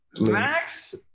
Max